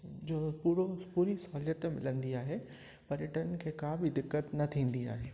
जो पूरो पूरी सहुलियत मिलंदी आहे पर्यटकनि खे का बि दिक़त न थींदी आहे